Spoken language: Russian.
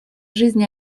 жизни